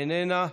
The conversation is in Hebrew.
איננה.